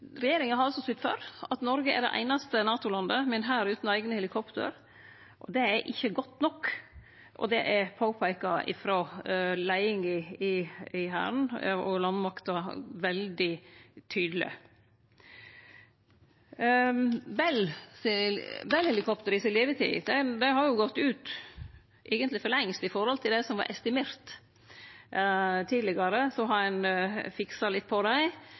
Regjeringa har altså sytt for at Noreg er det einaste NATO-landet med ein hær utan eigne helikopter. Det er ikkje godt nok, og det er veldig tydeleg påpeikt frå leiinga i Hæren og landmakta. Levetida til Bell-helikoptera har eigentleg gått ut for lengst i forhold til det som var estimert. Tidlegare har ein fiksa litt på dei,